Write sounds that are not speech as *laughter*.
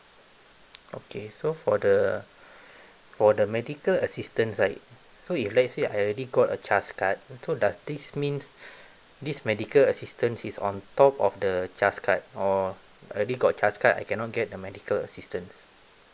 okay so for the for the medical assistance like so if let's say I already got a trust card so does this means *breath* this medical assistance is on top of the trust card or already got trust card I cannot get the medical assistance